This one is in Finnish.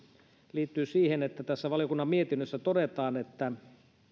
liittyy siihen että tässä valiokunnan mietinnössä todetaan